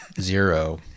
zero